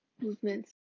movements